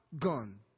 gone